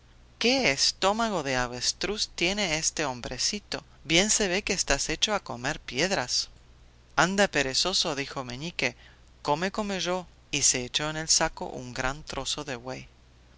qué estómago de avestruz tiene este hombrecito bien se ve que estás hecho a comer piedras anda perezoso dijo meñique come como yo y se echó en el saco un gran trozo de buey